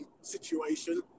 situation